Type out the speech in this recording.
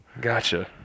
Gotcha